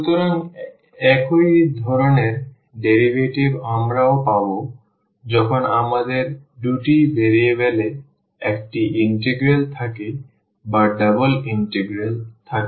সুতরাং একই ধরণের ডেরিভেটিভ আমরা ও পাব যখন আমাদের দুটি ভেরিয়েবল এ একটি ইন্টিগ্রাল থাকে বা ডাবল ইন্টিগ্রাল থাকে